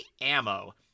Ammo